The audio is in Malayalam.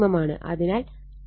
അതിനാൽ 2005 40 ആംപിയർ ആണ്